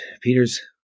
Peter's